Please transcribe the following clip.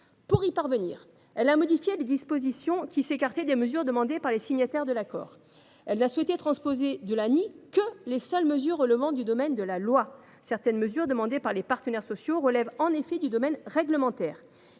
Pour y parvenir; elle a modifié les dispositions qui s’écartaient des mesures demandées par les signataires de l’accord. Elle n’a souhaité transposer de l’ANI que les seules mesures relevant du domaine de la loi. Certaines dispositions demandées par les partenaires sociaux relèvent du domaine réglementaire